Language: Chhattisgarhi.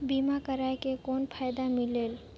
बीमा करवाय के कौन फाइदा मिलेल?